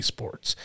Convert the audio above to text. Sports